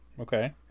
okay